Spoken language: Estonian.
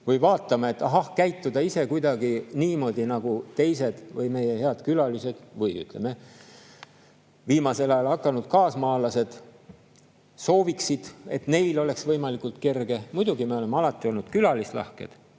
või vaatama, et ahah, tuleb käituda ise kuidagi niimoodi, nagu teised või meie head külalised või viimasel ajal kaasmaalasteks hakanud sooviksid, et neil oleks võimalikult kerge. Muidugi, me oleme alati olnud külalislahked.